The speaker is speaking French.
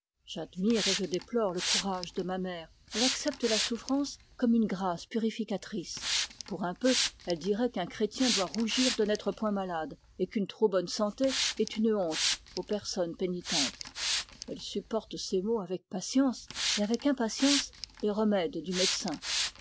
tourneur j'admire le courage de ma mère elle accepte la souffrance comme une grâce purificatrice pour un peu elle dirait qu'un chrétien doit rougir de n'être point malade et qu'une trop bonne santé est une honte aux personnes pénitentes elle supporte ses maux avec patience et avec impatience les remèdes du médecin